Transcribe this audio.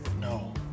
no